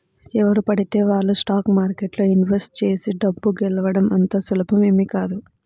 ఎవరు పడితే వాళ్ళు స్టాక్ మార్కెట్లో ఇన్వెస్ట్ చేసి డబ్బు గెలవడం అంత సులువేమీ కాదు